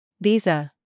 Visa